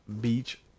beach